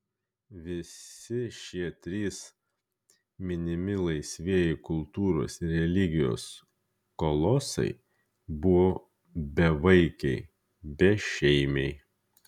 visi šie trys minimi laisvieji kultūros ir religijos kolosai buvo bevaikiai bešeimiai